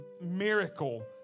miracle